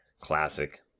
Classic